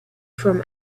from